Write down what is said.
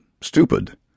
stupid